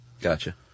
Gotcha